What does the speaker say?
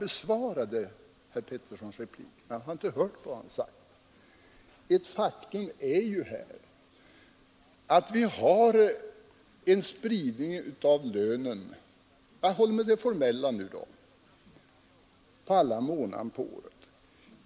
Ett faktum är emellertid — jag håller mig till det formella nu — att vi har en spridning av lönen på alla årets månader.